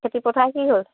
খেতিপথাৰ কি হ'ল